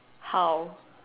how